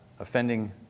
offending